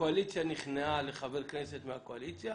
הקואליציה נכנעה לחבר כנסת מהקואליציה.